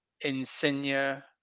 Insignia